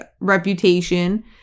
reputation